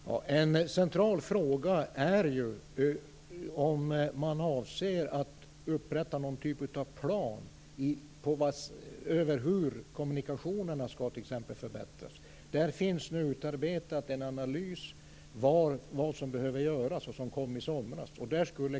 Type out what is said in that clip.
Herr talman! En central fråga är ju om man avser att upprätta någon typ av plan t.ex. över hur kommunikationerna skall förbättras. Det har utarbetas en analys över vad som behöver göras. Den kom i somras.